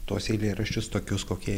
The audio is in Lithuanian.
tuos eilėraščius tokius kokie